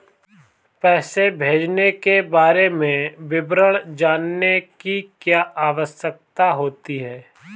पैसे भेजने के बारे में विवरण जानने की क्या आवश्यकता होती है?